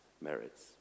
merits